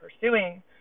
pursuing